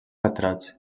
retrats